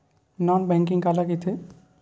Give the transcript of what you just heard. Non banking काला कइथे?